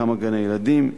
כמה גני-ילדים,